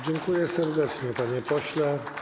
Dziękuję serdecznie, panie pośle.